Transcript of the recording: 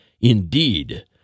indeed